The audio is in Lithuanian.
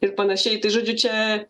ir panašiai tai žodžiu čia